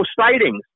sightings